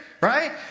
right